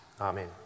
Amen